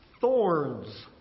thorns